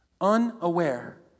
Unaware